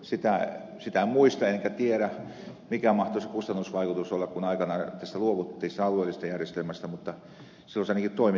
sitä en muista enkä tiedä mikä mahtoi se kustannusvaikutus olla kun aikanaan luovuttiin siitä alueellisesta järjestelmästä mutta silloin se ainakin toimi tehokkaammin